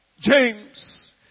James